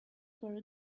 very